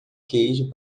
queijo